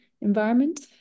environment